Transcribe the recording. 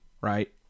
right